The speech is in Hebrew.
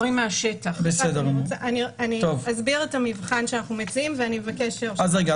אני אסביר את המבחן שאנחנו מציעים ואני אבקש --- אז רגע.